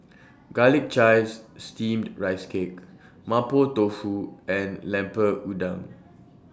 Garlic Chives Steamed Rice Cake Mapo Tofu and Lemper Udang